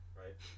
right